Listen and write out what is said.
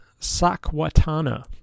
Sakwatana